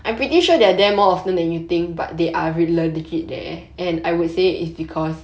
I'm pretty sure they're they're more often than you think but they are regular learn ticket there and I would say is because